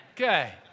Okay